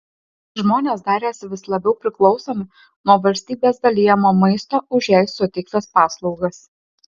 žmonės darėsi vis labiau priklausomi nuo valstybės dalijamo maisto už jai suteiktas paslaugas